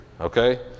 okay